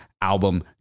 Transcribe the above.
album